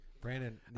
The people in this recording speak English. Brandon